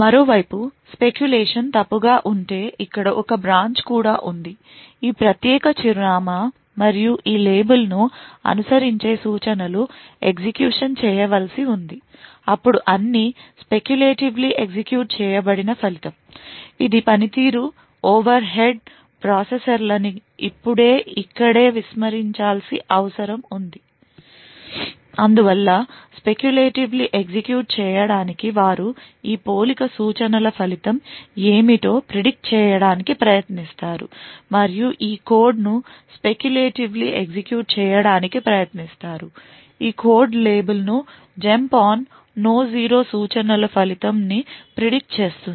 మరోవైపు స్పెక్యులేషన్ తప్పుగా ఉంటే ఇక్కడ ఒక బ్రాంచ్ కూడా ఉంది ఈ ప్రత్యేక చిరునామా మరియు ఈ లేబుల్ను అనుసరించే సూచనలు ఎగ్జిక్యూషన్ చేయవలసి ఉంది అప్పుడు అన్ని స్పెకులేటివ్లీ ఎగ్జిక్యూట్ చేయబడిన ఫలితం ఇది పనితీరు ఓవర్హెడ్ ప్రాసెసర్లని ఇప్పుడే ఇక్కడ విస్మరించాల్సిన అవసరం ఉంది అందువల్ల స్పెకులేటివ్లీ ఎగ్జిక్యూట్ చేయడానికి వారు ఈ పోలిక సూచనల ఫలితం ఏమిటో ప్రెడిక్ట్ చేయటానికి ప్రయత్నిస్తారు మరియు ఈ కోడ్ను స్పెకులేటివ్లీ ఎగ్జిక్యూట్ చేయడానికి ప్రయత్నిస్తారు ఈకోడ్ లేబుల్ను జంప్ on no zero సూచనలు ఫలితం ని ప్రెడిక్ట్ చేస్తుంది ఈజంప్ on no zero సూచనలను